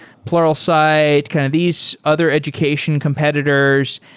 pluralsight, kind of these other education competitors.